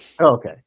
Okay